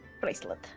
bracelet